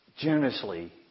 generously